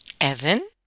Evan